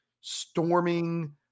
storming